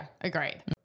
agreed